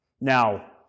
Now